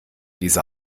diese